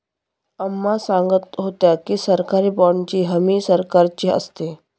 अम्मा सांगत होत्या की, सरकारी बाँडची हमी सरकारची असते